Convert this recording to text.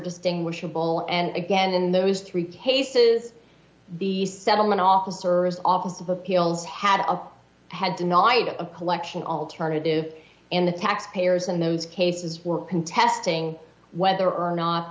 distinguishable and again in those three cases the settlement officers office of appeals had a had denied a collection alternative in the taxpayers and those cases were contesting whether or not